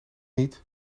niet